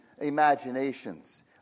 imaginations